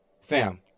fam